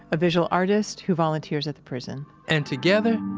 a visual artist who volunteers at the prison and together,